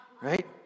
Right